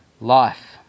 life